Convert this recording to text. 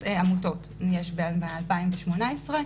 ב-2018,